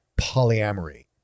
polyamory